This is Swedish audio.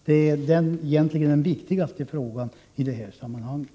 Det är egentligen den viktigaste frågan i det här sammanhanget.